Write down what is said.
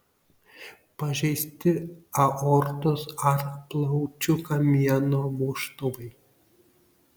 pažeisti aortos ar plaučių kamieno vožtuvai